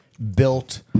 built